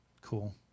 Cool